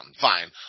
fine